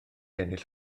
ennill